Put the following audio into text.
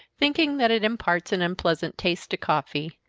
thinking that it imparts an unpleasant taste to coffee,